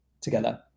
together